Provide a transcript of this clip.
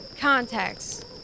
contacts